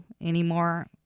anymore